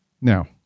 Now